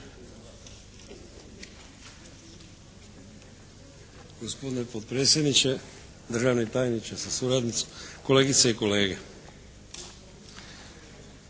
Gospodine potpredsjedniče, državni tajniče sa suradnicima, kolegice i kolege!